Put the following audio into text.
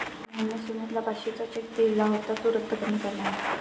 मोहनने सुमितला पाचशेचा चेक दिला होता जो रद्द करण्यात आला आहे